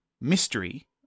mystery